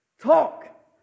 Talk